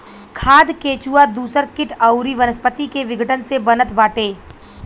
खाद केचुआ दूसर किट अउरी वनस्पति के विघटन से बनत बाटे